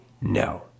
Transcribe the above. No